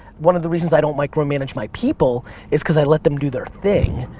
one of the reasons i don't micromanage my people is cause i let them do their thing.